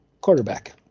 quarterback